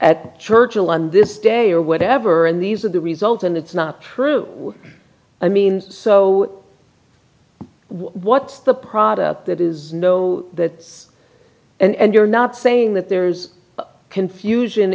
at churchill on this day or whatever and these are the result and it's not true i mean so what's the product that is no that's and you're not saying that there's confusion